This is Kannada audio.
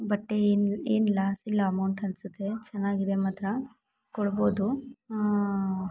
ಬಟ್ ಏನು ಏನು ಲಾಸ್ ಇಲ್ಲ ಅಮೌಂಟ್ ಅನಿಸುತ್ತೆ ಚೆನ್ನಾಗಿದೆ ಮಾತ್ರ ಕೊಡ್ಬೌದು